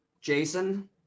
Jason